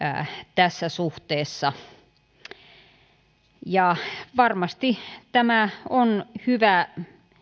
tässä suhteessa varmasti tämä on hyvä